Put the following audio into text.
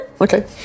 Okay